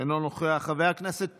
אינו נוכח, חבר הכנסת פרוש,